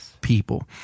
people